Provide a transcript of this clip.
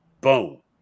boom